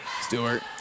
Stewart